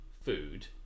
food